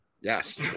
yes